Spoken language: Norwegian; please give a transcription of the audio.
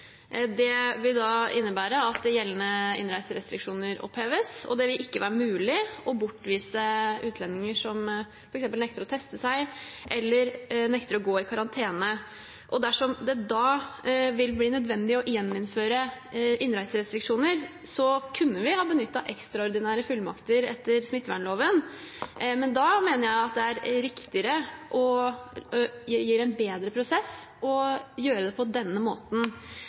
Det ville da innebære at gjeldende innreiserestriksjoner oppheves, og det ville ikke være mulig å bortvise utlendinger som f.eks. nekter å teste seg eller nekter å gå i karantene. Dersom det da ville bli nødvendig å gjeninnføre innreiserestriksjoner, kunne vi benyttet ekstraordinære fullmakter etter smittevernloven, men da mener jeg det er riktigere og gir en bedre prosess å gjøre det på denne måten